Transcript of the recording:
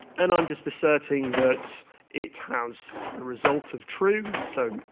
and i'm just asserting that it has ah result of true, so,